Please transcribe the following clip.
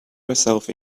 herself